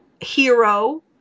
hero